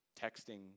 texting